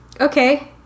okay